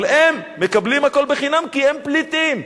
אבל הם מקבלים הכול חינם כי הם פליטים.